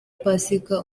pasika